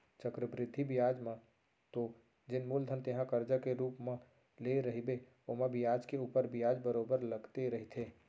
चक्रबृद्धि बियाज म तो जेन मूलधन तेंहा करजा के रुप म लेय रहिबे ओमा बियाज के ऊपर बियाज बरोबर लगते रहिथे